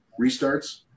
restarts